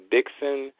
Dixon